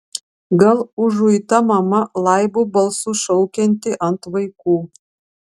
gal užuita mama laibu balsu šaukianti ant vaikų